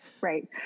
right